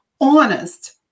honest